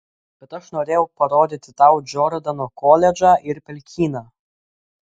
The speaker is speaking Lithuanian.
bet aš norėjau parodyti tau džordano koledžą ir pelkyną